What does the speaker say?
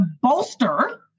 bolster